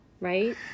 right